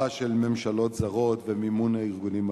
של ממשלות זרות ומימון הארגונים הזרים.